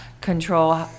control